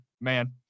man